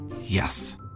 Yes